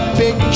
big